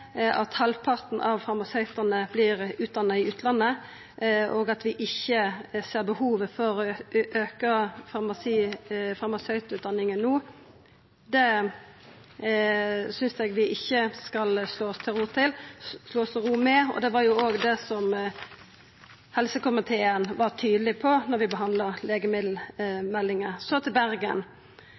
at halvparten av farmasøytane våre vert utdanna i utlandet, og at ein ikkje ser behovet for å auka farmasøytutdanningane no, synest eg ikkje vi skal slå oss til ro med. Det var jo òg det helsekomiteen var tydeleg på da han behandla legemiddelmeldinga. Så til Bergen: